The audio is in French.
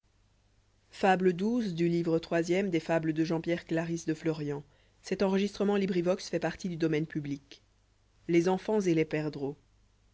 les enfants et les perdreaux